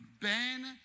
Ben